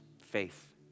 Faith